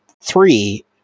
three